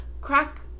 crack